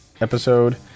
episode